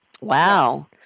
Wow